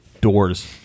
doors